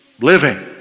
living